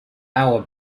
our